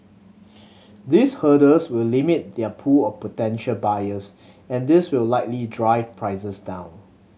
these hurdles will limit their pool of potential buyers and this will likely drive prices down